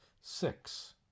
Six